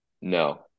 No